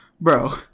bro